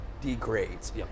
degrades